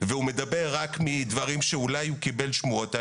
-- והוא מדבר רק מדברים שהוא אולי קיבל שמועות עליהם.